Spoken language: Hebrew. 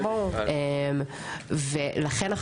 לכן,